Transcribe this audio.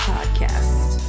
Podcast